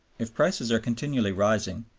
if prices are continually rising,